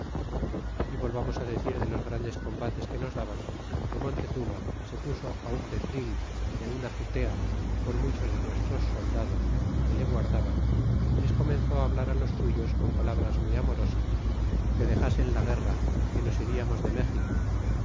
y volvamos á decir de los grandes combates que nos daban que montezuma se puso un petril de una azu tea con muchos de nuestros soldados que le guardaban y les comenzó hablar á los suyos con palabras muy amorosas que dexasen la guerra que nos friamos de méxico